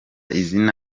izina